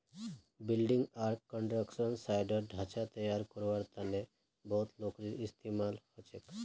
building आर construction साइटत ढांचा तैयार करवार तने बहुत लकड़ीर इस्तेमाल हछेक